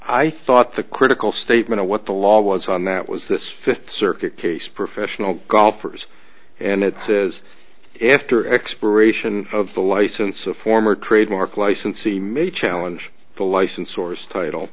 i thought the critical statement of what the law was on that was the fifth circuit case professional golfers and it says after expiration of the license a former trademark licensee may challenge the license source title